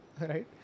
right